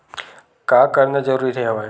का करना जरूरी हवय?